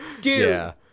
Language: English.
dude